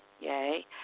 yay